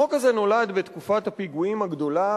החוק הזה נולד בתקופת הפיגועים הגדולה,